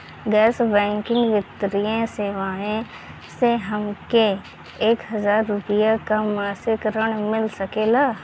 गैर बैंकिंग वित्तीय सेवाएं से हमके एक हज़ार रुपया क मासिक ऋण मिल सकेला?